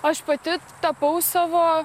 aš pati tapau savo